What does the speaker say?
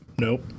Nope